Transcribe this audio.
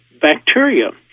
bacteria